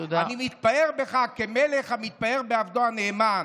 אני מתפאר בך כמלך המתפאר בעבדו הנאמן.